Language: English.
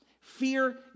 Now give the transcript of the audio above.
Fear